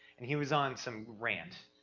and he was on some rant.